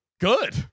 Good